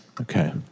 Okay